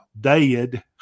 dead